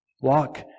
Walk